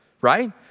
right